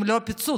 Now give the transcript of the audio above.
אם לא פיצוץ,